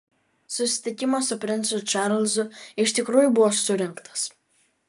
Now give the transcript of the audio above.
susitikimas su princu čarlzu iš tikrųjų buvo surengtas